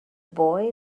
boy